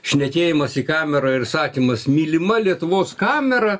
šnekėjimas į kamerą ir sakymas mylima lietuvos kamera